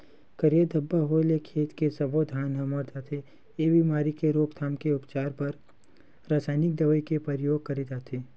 करिया धब्बा होय ले खेत के सब्बो धान ह मर जथे, ए बेमारी के रोकथाम के उपचार बर रसाइनिक दवई के परियोग करे जाथे